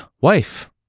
wife